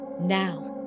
Now